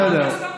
בסדר.